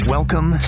Welcome